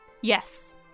Yes